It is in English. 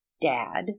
dad